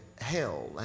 hell